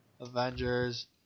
Avengers